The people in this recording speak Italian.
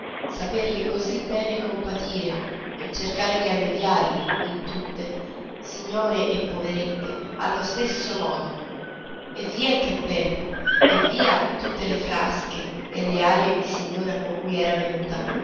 saperli così bene compatire e cercare d'alleviarli in tutte signore e poverette allo stesso modo e via il cappello e via tutte le frasche e le arie di signora con cui era venuta